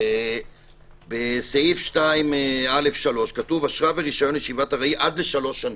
בסעיף 2א3 כתוב: עד לשלוש שנים.